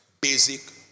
basic